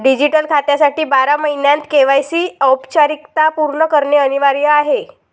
digital खात्यासाठी बारा महिन्यांत के.वाय.सी औपचारिकता पूर्ण करणे अनिवार्य आहे